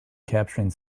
capturing